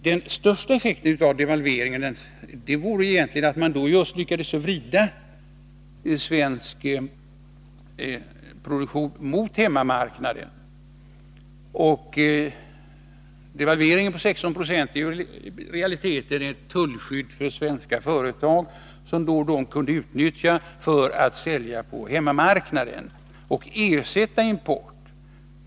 Den största effekten av devalveringen vore egentligen att man lyckades vrida svensk produktion mot hemmamarknaden. Devalveringen på 16 90 är i realiteten ett tullskydd för svenska företag som de kunde utnyttja för att sälja på hemmamarknaden och ersätta import.